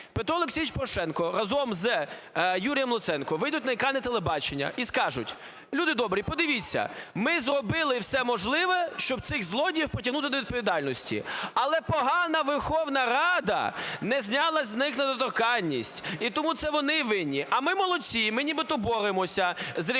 Петро Олексійович Порошенко разом з Юрієм Луценком вийдуть на екрани телебачення і скажуть: "Люди добрі, подивіться, ми зробили все можливе, щоб цих злодіїв притягнути до відповідальності, але погана Верховна Рада не зняла з них недоторканність. І тому це вони винні, а ми молодці, ми нібито боремося з "регіоналами".